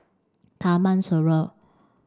Taman Sireh